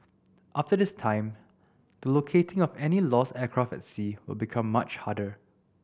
after this time the locating of any lost aircraft at sea will become much harder